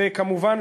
וכמובן,